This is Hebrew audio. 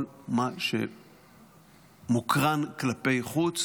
כל מה שמוקרן כלפי חוץ